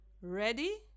Ready